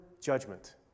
judgment